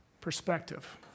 perspective